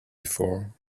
before